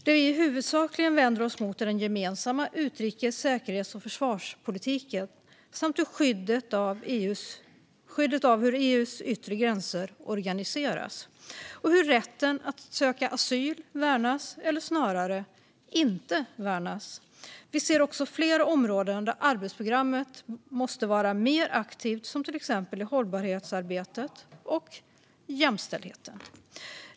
Det vi huvudsakligen vänder oss mot är den gemensamma utrikes, säkerhets och försvarspolitiken samt hur skyddet av EU:s yttre gränser organiseras och hur rätten att söka asyl värnas, eller snarare inte värnas. Vi ser också flera områden där arbetsprogrammet måste vara mer aktivt, till exempel hållbarhetsarbetet och jämställdheten.